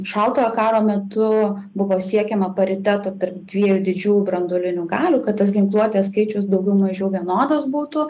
šaltojo karo metu buvo siekiama pariteto tarp dviejų didžiųjų branduolinių galių kad tas ginkluotės skaičius daugiau mažiau vienodas būtų